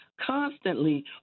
constantly